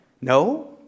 No